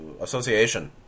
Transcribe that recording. association